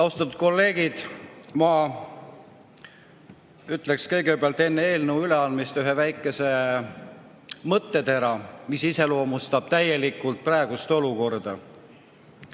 Austatud kolleegid! Ma ütleksin kõigepealt enne eelnõu üleandmist ühe väikese mõttetera, mis iseloomustab täielikult praegust olukorda.